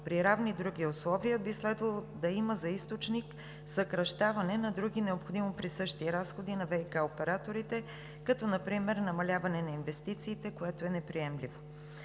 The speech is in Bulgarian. при равни други условия би следвало да има за източник съкращаване на други необходимо присъщи разходи на ВиК операторите като например намаляване на инвестициите, което е неприемливо.